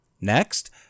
Next